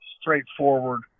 straightforward